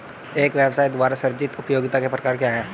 एक व्यवसाय द्वारा सृजित उपयोगिताओं के प्रकार क्या हैं?